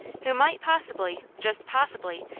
who might possibly, just possibly,